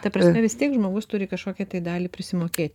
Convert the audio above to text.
ta prasme vis tiek žmogus turi kažkokią tai dalį prisimokėti